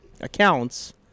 accounts